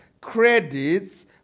credits